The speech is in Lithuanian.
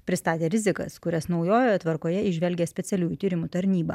pristatė rizikas kurias naujojoje tvarkoje įžvelgia specialiųjų tyrimų tarnyba